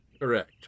Correct